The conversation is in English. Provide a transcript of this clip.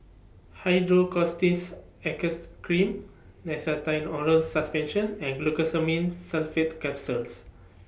Cream Nystatin Oral Suspension and Glucosamine Sulfate Capsules